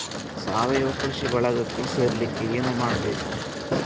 ಸಾವಯವ ಕೃಷಿ ಬಳಗಕ್ಕೆ ಸೇರ್ಲಿಕ್ಕೆ ಏನು ಮಾಡ್ಬೇಕು?